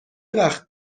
وقت